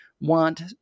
want